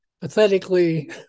pathetically